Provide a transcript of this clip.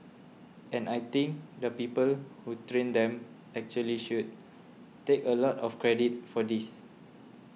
and I think the people who trained them actually should take a lot of credit for this